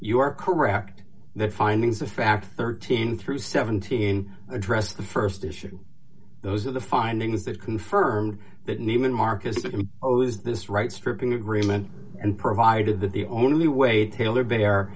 you are correct that findings of fact thirteen through seventeen address the st issue those are the findings that confirm that neiman marcus oh is this right stripping agreement and provided that the only way taylor bear